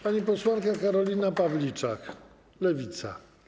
Pani posłanka Karolina Pawliczak, Lewica.